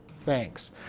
thanks